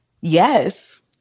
Yes